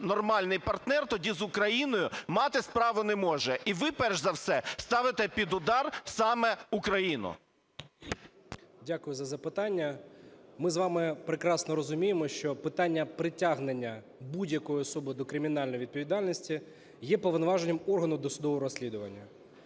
нормальний партнер тоді з Україною мати справу не може і ви перш за все ставите під удар саме Україну. 19:04:04 МОНАСТИРСЬКИЙ Д.А. Дякую за запитання. Ми з вами прекрасно розуміємо, що питання притягнення будь-якої особи до кримінальної відповідальності є повноваженням органу досудового розслідування.